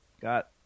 got